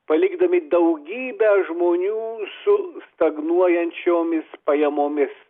palikdami daugybę žmonių su stagnuojančiomis pajamomis